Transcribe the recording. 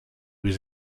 was